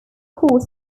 core